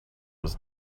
was